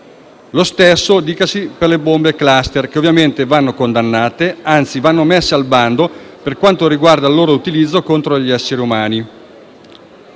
Lo stesso dicasi per le bombe *cluster*, che ovviamente vanno condannate, anzi vanno messe al bando, per quanto riguarda il loro utilizzo contro gli esseri umani.